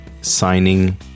signing